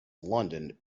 london